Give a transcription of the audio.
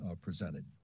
presented